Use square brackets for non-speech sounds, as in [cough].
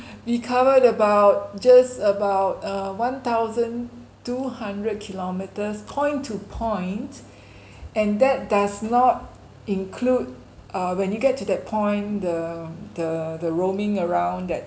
we covered about just about uh one thousand two hundred kilometres point to point [breath] and that does not include uh when you get to that point the the the roaming around that